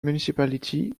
municipality